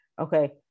Okay